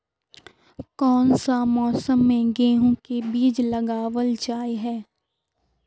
कोन सा मौसम में गेंहू के बीज लगावल जाय है